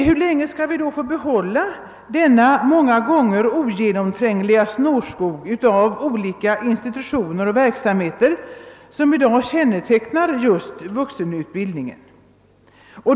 Hur länge skall vi då få behålla denna många gånger ogenomträngliga snårskog av olika institutioner och verksamheter som i dag kännetecknar vuxenutbildningen?